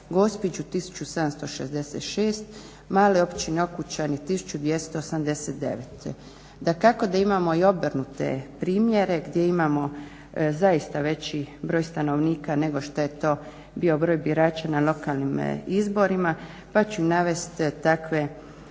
Gospiću 1776, male općine Okučani 1289. Dakao da imamo i obrnute primjere gdje imamo zaista veći broj stanovnika nego što je to bio broj birača na lokalnim izborima pa ću navesti takve